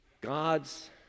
God's